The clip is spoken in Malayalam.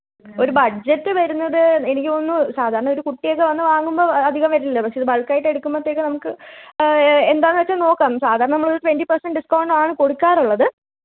ഒരു ബഡ്ജറ്റ് വരുന്നത് എനിക്ക് തോന്നുന്നു സാധാരണ ഒരു കുട്ടിയൊക്കെ വന്ന് വാങ്ങുമ്പം അധികം വരില്ല പക്ഷെ അത് ബള്ക്ക് ആയിട്ട് എടുക്കുമ്പത്തേക്ക് നമുക്ക് എന്താണെന്ന് വെച്ചാൽ നോക്കാം സാധാരണ നമ്മളൊരു ട്വന്റി പേര്സന്റ് ഡിസ്ക്കൗണ്ട് ആണ് കൊടുക്കാറുള്ളത്